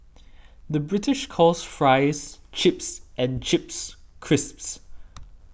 the British calls Fries Chips and Chips Crisps